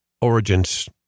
origins